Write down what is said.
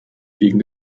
gegen